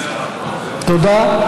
תודה.